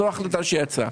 זו ההחלטה שיצאה.